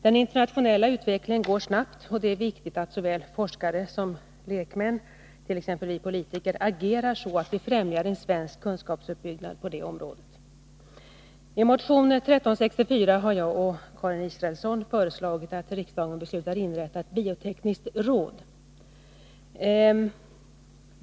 Den internationella utvecklingen går snabbt, och det är viktigt att såväl forskare som lekmän, t.ex. vi politiker, agerar så att vi främjar en svensk kunskapsuppbyggnad på området. I motion 1982/83:1364 har jag och Karin Israelsson föreslagit att riksdagen beslutar inrätta ett biotekniskt råd.